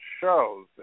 shows